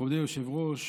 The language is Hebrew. מכובדי היושב-ראש,